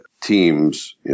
teams